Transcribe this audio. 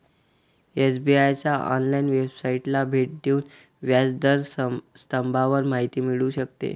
SBI च्या online वेबसाइटला भेट देऊन व्याज दर स्तंभावर माहिती मिळू शकते